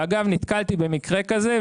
ואגב, נתקלתי במקרה כזה.